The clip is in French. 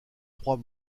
trois